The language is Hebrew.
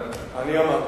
אני שמח, אני אמרתי.